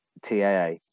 TAA